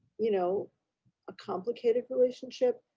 you know a complicated relationship.